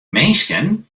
minsken